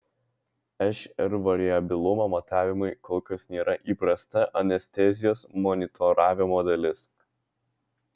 šr variabilumo matavimai kol kas nėra įprasta anestezijos monitoravimo dalis